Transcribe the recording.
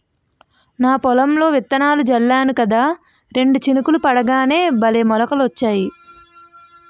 నా పొలంలో విత్తనాలు జల్లేను కదా రెండు చినుకులు పడగానే భలే మొలకలొచ్చాయి